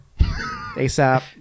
ASAP